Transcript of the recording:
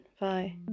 bye